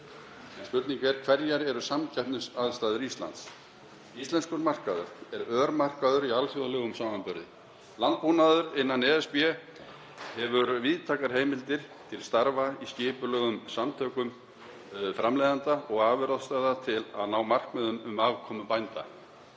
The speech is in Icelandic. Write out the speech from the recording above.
Spurningin er: Hverjar eru samkeppnisaðstæður Íslands? Íslenskur markaður er örmarkaður í alþjóðlegum samanburði. Landbúnaður innan ESB hefur víðtækar heimildir til starfa í skipulögðum samtökum framleiðanda og afurðastöðva til að ná markmiðum um afkomu bænda.